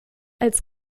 als